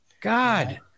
God